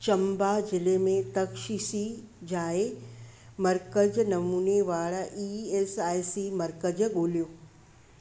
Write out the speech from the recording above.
चम्बा ज़िलें में तख़सीस जाइ मर्कज़ नमूने वारा ई एस आई सी मर्कज़ ॻोल्हियो